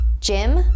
Jim